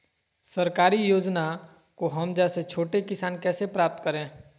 सरकारी योजना को हम जैसे छोटे किसान कैसे प्राप्त करें?